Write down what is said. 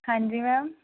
ਹਾਂਜੀ ਮੈਮ